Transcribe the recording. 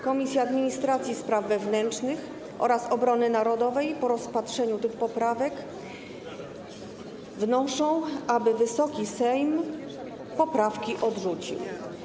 Komisja Administracji i Spraw Wewnętrznych oraz Komisja Obrony Narodowej po rozpatrzeniu tych poprawek wnoszą, aby Wysoki Sejm poprawki odrzucił.